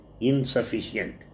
insufficient